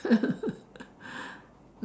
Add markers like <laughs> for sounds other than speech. <laughs>